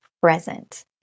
present